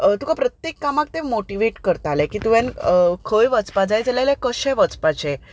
तुका प्रत्येक कामाक ते मोटीवेट करताले की तुवें खंय वचपा जाय जाल्यार कशें वचपाचें